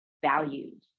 valued